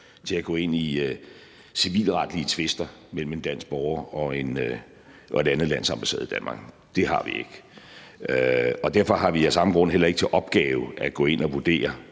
til at gå ind i civilretlige tvister mellem en dansk borger og et andet lands ambassade i Danmark. Det har vi ikke. Derfor har vi af samme grund heller ikke til opgave at gå ind og vurdere